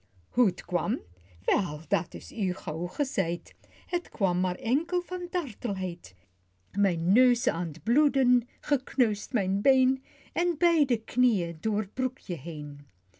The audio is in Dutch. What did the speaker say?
hoe t kwam wel dat is u gauw gezeid het kwam maar enkel van dartelheid mijn neus aan t bloeden gekneusd mijn been en beide knieën door t broekje